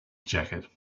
jacket